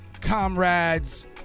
comrades